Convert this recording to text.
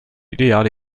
ideale